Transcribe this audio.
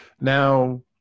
Now